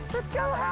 let's go,